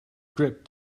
grip